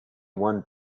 one